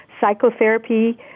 Psychotherapy